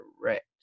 correct